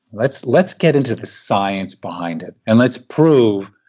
let's let's get into the science behind it and let's prove